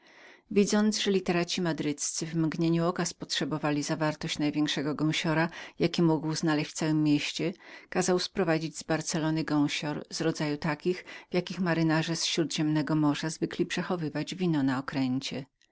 widząc że literaci madryccy w mgnieniu oka spotrzebowali największą flaszę jaką mógł znaleźć w całem mieście kazał sprowadzić z barcellony beczułkę w rodzaju takich w jakich majtkowie z śródziemnego morza zwykli przechowywać wino na okręcie